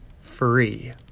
free